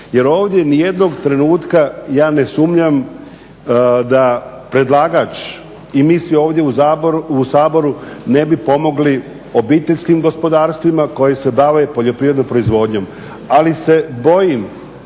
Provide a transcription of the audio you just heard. jer ovdje ni jednog trenutka ja ne sumnjam da predlagač i mi svi ovdje u Saboru ne bi pomogli obiteljskim gospodarstvima koje se bave poljoprivrednom proizvodnjom ali se bojim